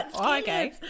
okay